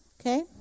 Okay